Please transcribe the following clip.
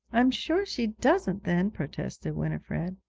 i'm sure she doesn't, then protested winifred.